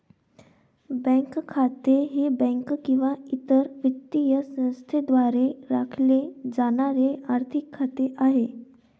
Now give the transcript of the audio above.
bank खाते हे bank किंवा इतर वित्तीय संस्थेद्वारे राखले जाणारे आर्थिक खाते आहे